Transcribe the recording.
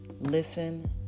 listen